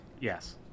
yes